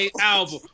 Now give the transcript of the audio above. album